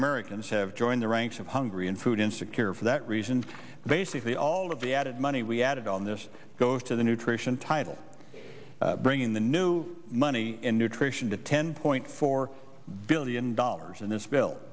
americans have joined the ranks of hungry and food insecure for that reason basically all of the added money we added on this goes to the nutrition title bring in the new money in nutrition to ten point four billion dollars in this bill